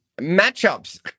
matchups